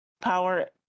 power